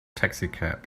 taxicab